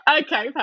Okay